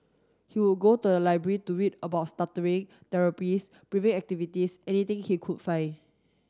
he would go to the library to read about stuttering therapies breathing activities anything he could find